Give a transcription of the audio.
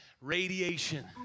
Radiation